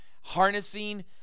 harnessing